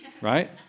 right